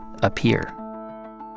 appear